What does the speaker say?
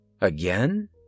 Again